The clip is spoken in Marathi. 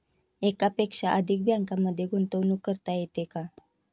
एकापेक्षा अधिक बँकांमध्ये गुंतवणूक करता येते का?